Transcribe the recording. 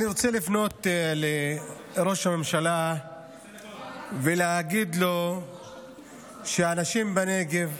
אני רוצה לפנות לראש הממשלה ולהגיד לו שהאנשים בנגב,